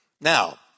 Now